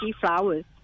Flowers